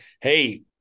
hey